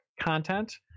content